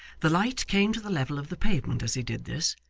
the light came to the level of the pavement as he did this,